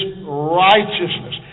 righteousness